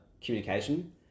communication